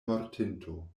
mortinto